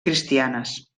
cristianes